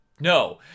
no